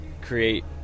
create